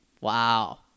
Wow